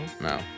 No